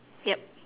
yup